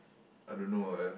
I don't know eh